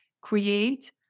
create